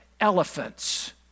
elephants